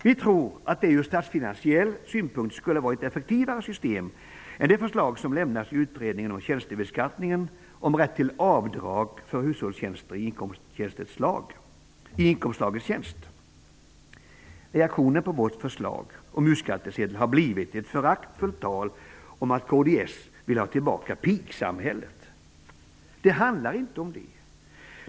Vi tror att det ur statsfinansiell synpunkt skulle vara ett effektivare system än det förslag som lämnats i utredningen om tjänstebeskattningen om rätt till avdrag för hushållstjänster i inkomstslaget tjänst. Reaktionen på vårt förslag om u-skattesedel har blivit ett föraktfullt tal om att kds vill ha tillbaka ''pigsamhället''. Det handlar inte om det.